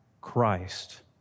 Christ